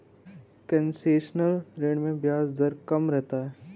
concessional ऋण में ब्याज दर कम रहता है